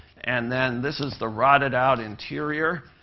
and then this is the rotted-out interior.